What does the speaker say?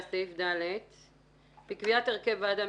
עלתה טענה שאין יחס